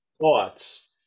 thoughts